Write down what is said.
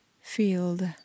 field